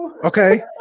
Okay